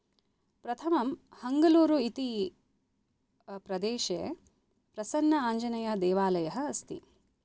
प्रथमं हङ्गलूरु इति प्रदेशे प्रसन्न आञ्जनेयदेवालय अस्ति